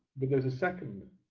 but there was a second